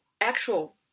actual